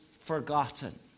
forgotten